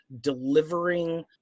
delivering